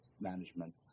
management